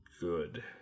good